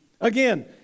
Again